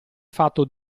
fatto